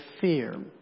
fear